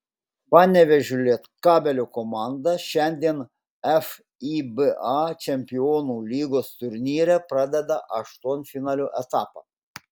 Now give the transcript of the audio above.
panevėžio lietkabelio komanda šiandien fiba čempionų lygos turnyre pradeda aštuntfinalio etapą